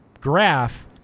graph